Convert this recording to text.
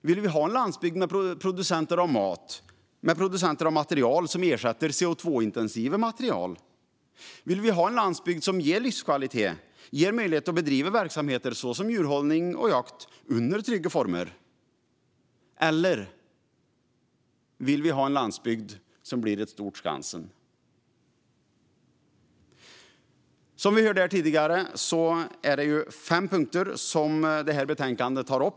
Vill vi ha en landsbygd med producenter av mat och material som ersätter CO2-intensiva material? Vill vi ha en landsbygd som ger livskvalitet och bedriva verksamheter såsom djurhållning och jakt under trygga former? Eller vill vi ha en landsbygd som är ett stort Skansen? Som vi hörde här tidigare tar betänkandet upp fem punkter.